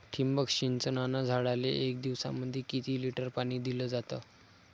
ठिबक सिंचनानं झाडाले एक दिवसामंदी किती लिटर पाणी दिलं जातं?